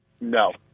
No